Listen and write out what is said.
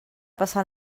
passar